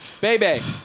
baby